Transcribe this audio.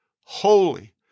holy